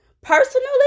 personally